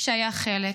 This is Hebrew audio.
שהיה חלק.